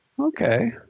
okay